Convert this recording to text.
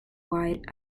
wide